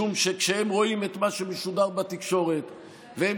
משום שכשהם רואים את מה שמשודר בתקשורת והם